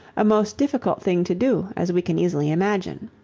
a most difficult thing to do as we can easily imagine.